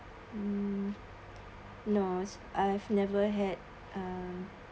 um no I have never had uh